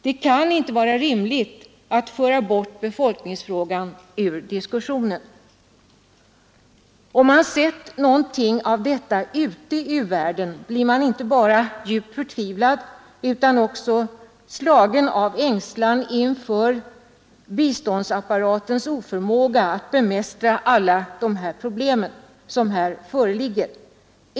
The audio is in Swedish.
Det kan inte vara rimligt att föra bort befolkningsfrågan ur diskussionen. Om man har sett något av detta ute i världen blir man inte bara djupt förtvivlad utan grips också av ängslan inför biståndsapparatens oförmåga att bemästra alla de problem som här finns.